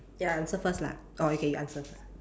ya I answer first lah orh okay you answer first